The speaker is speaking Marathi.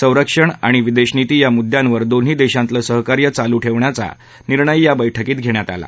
संरक्षण आणि विदेशनीती या मुद्यांवर दोन्ही देशांतलं सहकार्य चालू ठेवण्याचा ह्या बैठकीत निर्णय घेण्यात आला